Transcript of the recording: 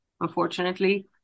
unfortunately